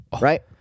Right